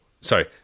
sorry